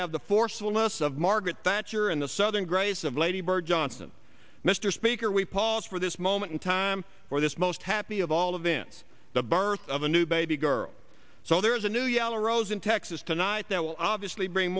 have the forcefulness of margaret thatcher in the southern grace of lady bird johnson mr speaker we pause for this moment in time for this most happy of all events the birth of a new baby girl so there's a new yellow rose in texas tonight that will obviously bring